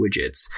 widgets